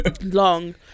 Long